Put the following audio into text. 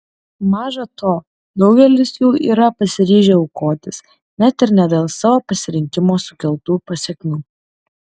maža to daugelis jų yra pasiryžę aukotis net ir ne dėl savo pasirinkimo sukeltų pasekmių